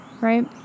Right